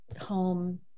home